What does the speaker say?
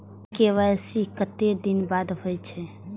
KYC कतेक दिन बाद होई छै?